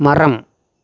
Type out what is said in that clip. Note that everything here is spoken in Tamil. மரம்